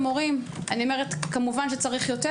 הסתדרות המורים צריך יותר